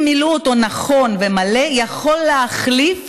מילאו אותו נכון ומלא, יכול להחליף